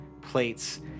plates